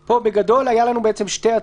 אף אחד לא היה מאשר לך את זה,